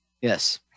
Yes